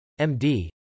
MD